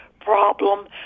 problem